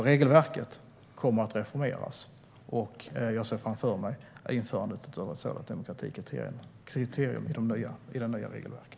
Regelverket kommer alltså att reformeras, och jag ser framför mig införandet av ett demokratikriterium i det nya regelverket.